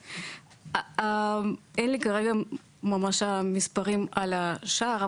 אין לי כרגע ממש מספרים על השער,